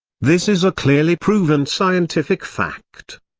this is a clearly proven scientific fact.